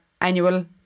annual